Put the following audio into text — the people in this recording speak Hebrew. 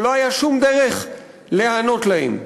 ולא הייתה שום דרך להיענות להם.